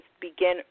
begin